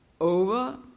over